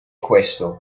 questo